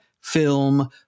film